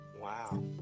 Wow